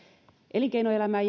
elinkeinoelämän